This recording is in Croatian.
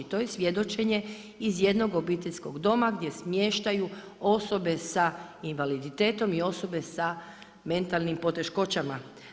To je svjedočenje iz jednog obiteljskog doma gdje smještaju osobe sa invaliditetom i osobe sa mentalnim poteškoćama.